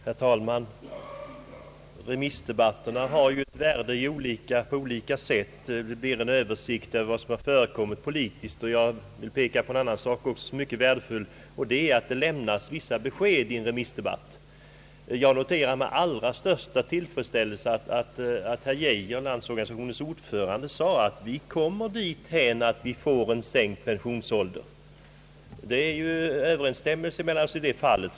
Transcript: Herr talman! Remissdebatterna har värde på olika sätt. Man får en översikt över vad som har förekommit politiskt och det lämnas vissa besked i en remissdebatt. Jag noterade med största tillfredsställelse att herr Geijer, Landsorganisationens ordförande, sade att vi kommer att få en sänkt pensionsålder. Det råder således överensstämmelse mellan oss i det fallet.